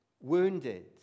wounded